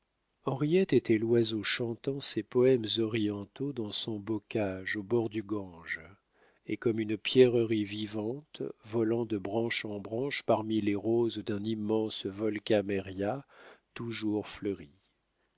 henriette était l'oiseau chantant ses poèmes orientaux dans son bocage au bord du gange et comme une pierrerie vivante volant de branche en branche parmi les roses d'un immense volkaméria toujours fleuri